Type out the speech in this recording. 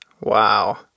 Wow